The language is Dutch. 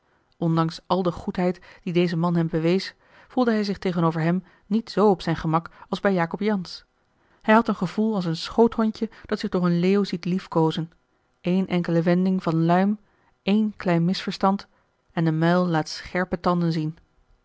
ondanks al de goedheid die deze man hem bewees voelde hij zich tegenover hem niet z op zijn gemak als bij jacob jansz hij had een gevoel als een schoothondje dat zich door een leeuw ziet liefkoozen ééne enkele wending van luim één klein misverstand en de muil laat de scherpe tanden zien